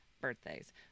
birthdays